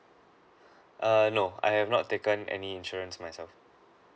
err no I have not taken any insurance myself